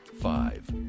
five